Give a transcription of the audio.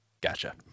Gotcha